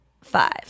five